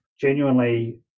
genuinely